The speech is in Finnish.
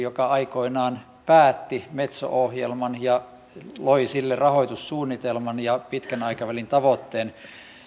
joka aikoinaan päätti metso ohjelman ja loi sille rahoitussuunnitelman ja pitkän aikavälin tavoitteen